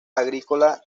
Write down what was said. agrícola